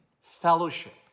fellowship